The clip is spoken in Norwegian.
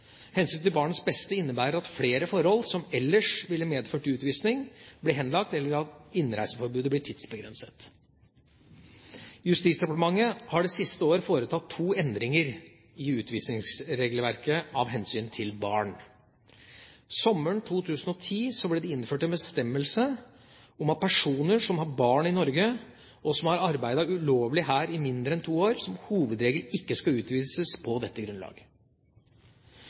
til barnets beste innebærer at flere forhold som ellers ville medført utvisning, blir henlagt, eller at innreiseforbudet blir tidsbegrenset. Justisdepartementet har det siste året foretatt to endringer i utvisningsregelverket av hensyn til barn. Sommeren 2010 ble det innført en bestemmelse om at personer som har barn i Norge, og som har arbeidet ulovlig her i mindre enn to år, som hovedregel ikke skal utvises på dette grunnlaget.